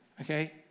Okay